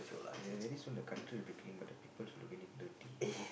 ya very soon the country will became but the peoples will make it dirty